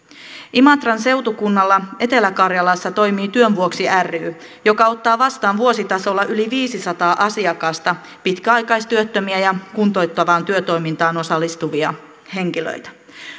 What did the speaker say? imatran seutukunnalla etelä karjalassa toimii työn vuoksi ry joka ottaa vastaan vuositasolla yli viisisataa asiakasta pitkäaikaistyöttömiä ja kuntouttavaan työtoimintaan osallistuvia henkilöitä